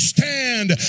Stand